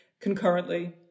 concurrently